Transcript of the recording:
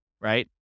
right